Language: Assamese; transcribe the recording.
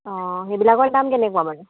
অঁ সেইবিলাকৰ দাম কেনেকুৱা মানে